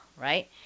right